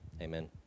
amen